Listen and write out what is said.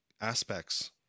aspects